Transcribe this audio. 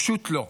פשוט לא.